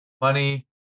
money